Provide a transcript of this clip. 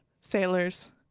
sailors